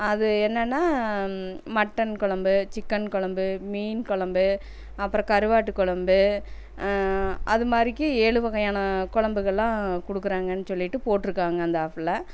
அது என்னன்னா மட்டன் கொழம்பு சிக்கன் கொழம்பு மீன் கொழம்பு அப்புறம் கருவாட்டு கொழம்பு அது மாதிரிக்கி ஏழு வகையான கொழம்புகள்லாம் கொடுக்குறாங்கன்னு சொல்விட்டு போட்டிருக்காங்க அந்த ஆப்பில்